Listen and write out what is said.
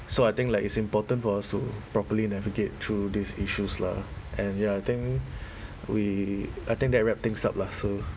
so I think like it's important for us to properly navigate through these issues lah and ya I think we I think that wrap things up lah so